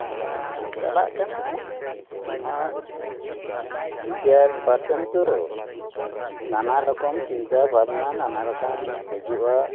ᱪᱟᱞᱟᱜ ᱠᱟᱱᱟ ᱛᱳᱢᱟᱨ ᱨᱤᱴᱟᱨᱰ ᱯᱟᱨᱥᱮᱱ ᱛᱳ ᱱᱟᱱᱟ ᱨᱚᱠᱚᱢ ᱪᱤᱱᱛᱟ ᱵᱷᱟᱵᱽᱱᱟ ᱱᱟᱱᱟ ᱨᱚᱠᱚᱢ ᱦᱤᱡᱩᱜᱼᱟ